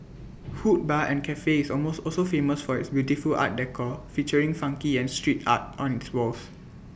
hood bar and Cafe is almost also famous for its beautiful art decor featuring funky and street art on its walls